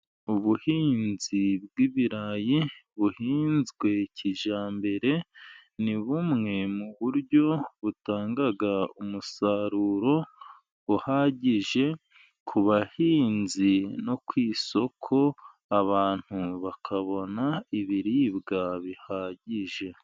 Ubuhinzi bw'ibirayi buhinzwe kijyambere ni bumwe mu buryo butanga umusaruro uhagije, ku bahinzi no ku isoko, abantu bakabona ibiribwa bihagije.